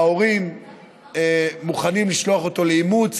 ההורים מוכנים לשלוח אותו לאימוץ,